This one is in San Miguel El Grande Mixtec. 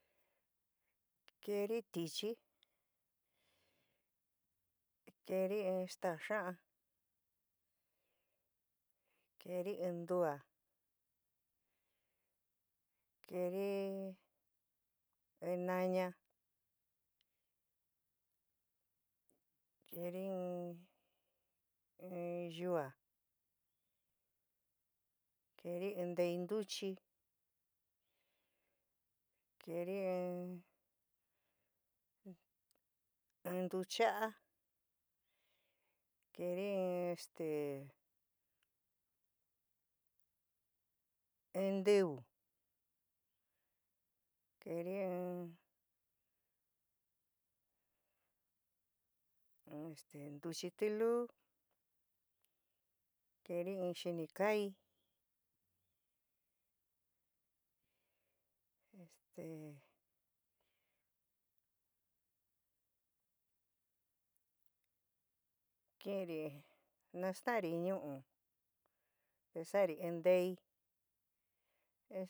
Keeri tichi, keeri in staa xaan keri in ntua keeri in naña keri in in yua keri in ntei ntuchi keeri in in ntuchaa keri in este in ntiu keri in este ntuchi tilu keri in xinikai <> este kiinri nastanri ñuu te saari in ntei.